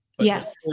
yes